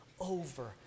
over